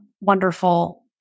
wonderful